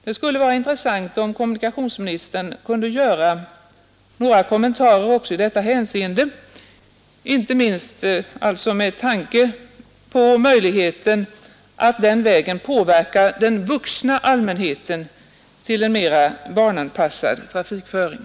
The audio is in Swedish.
Det skulle vara av intresse om kommunikationsministern kunde ge några kommentarer också i detta hänseende, inte minst med tanke på möjligheten att den vägen påverka den vuxna allmänheten till en mera barnanpassad trafikföring.